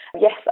Yes